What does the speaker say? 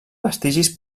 vestigis